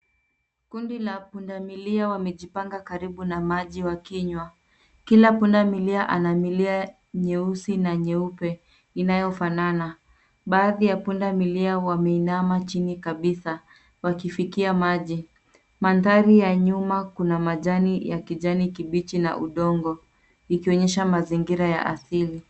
Kundi la punda milia wamejipanga karibu na maji wakinywa. Kila punda milia ana milia nyeusi na nyeupe inayofanana. Baadhi ya punda milia wameinama chini kabisa wakifikia maji. Mandhari ya nyuma kuna majani ya kijani kibichi na udongo, ikionyesha mazingira ya asili.